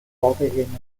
vorgegebenen